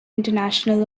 international